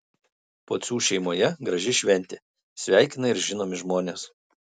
pocių šeimoje graži šventė sveikina ir žinomi žmonės